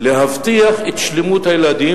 להבטיח את שלמות הילדים,